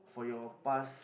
for your past